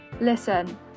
Listen